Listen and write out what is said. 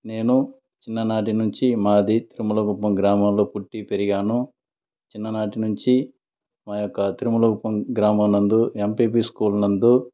నేను చిన్ననాటినుంచి మాది తిరుమల కుప్పం గ్రామంలో పుట్టి పెరిగాను చిన్ననాటినుంచి మా యొక్క తిరుమల కుప్పం గ్రామం నందు ఎంపీపీ స్కూల్ నందు